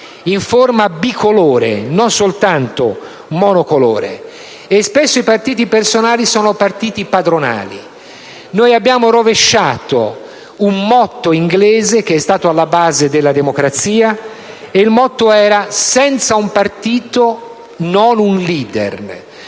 in forma bicolore e non soltanto monocolore. Spesso i partiti personali, sono partiti padronali. Abbiamo rovesciato un motto inglese che è stato alla base della democrazia: il motto «senza un partito non un *leader*»